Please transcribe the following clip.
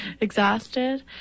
exhausted